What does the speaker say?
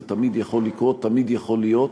זה תמיד יכול לקרות, תמיד יכול להיות.